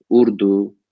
Urdu